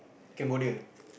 Cambodia